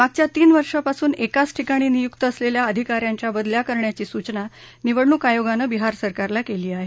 मागच्या तीन वर्षापासून एकाच ठिकाणी नियक्त असलेल्या अधिका यांच्या बदल्या करण्याची सूचना निवडणूक आयोगानं बिहार सरकारला केली आहे